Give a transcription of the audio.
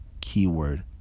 Keyword